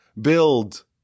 build